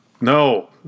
No